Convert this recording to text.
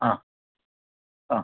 ആ ആ